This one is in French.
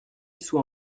sous